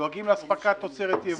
דואגים לאספקת תוצרת טרייה,